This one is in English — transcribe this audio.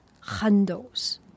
handles